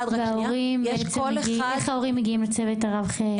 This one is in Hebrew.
--- איך ההורים מגיעים לצוות הרב-מקצועי?